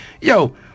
yo